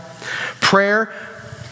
Prayer